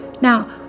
Now